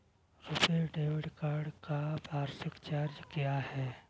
RuPay debit card का वार्षिक charge क्या है?